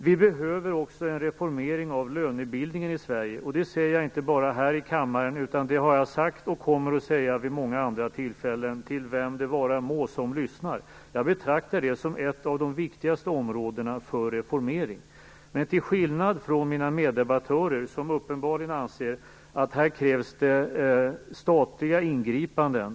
Vi behöver också en reformering av lönebildningen i Sverige. Det säger jag inte bara här i kammaren, utan det har jag sagt och kommer jag att säga vid många andra tillfällen till vem det vara må som lyssnar. Jag betraktar det som ett av de viktigaste områdena för reformering. Mina meddebattörer anser uppenbarligen att det krävs statliga ingripanden.